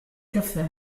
caffè